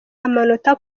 amanota